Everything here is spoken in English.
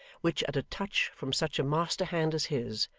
which at a touch from such a master-hand as his,